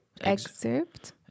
Excerpt